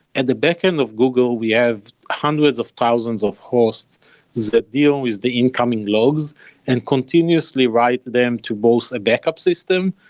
at the backend of google, we have hundreds of thousands of hosts that deal with the incoming logs and continuously write them to both a backup system,